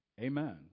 Amen